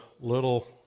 little